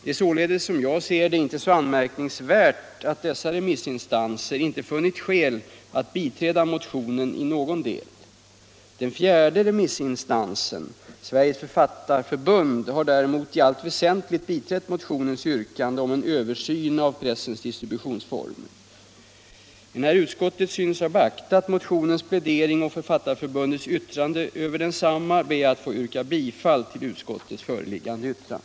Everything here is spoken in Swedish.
Det är således, som jag ser det, inte så anmärkningsvärt att dessa remissinstanser inte funnit skäl att biträda motionen i någon del. Den fjärde remissinstansen — Sveriges författarförbund — har däremot i allt väsentligt biträtt motionens yrkande om en översyn av pressens distributionsformer. Enär utskottet synes ha beaktat motionens plädering och Författarförbundets yttrande över densamma ber jag att få yrka bifall till utskottets föreliggande yrkande.